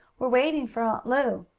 we're waiting for aunt lu.